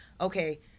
okay